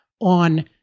on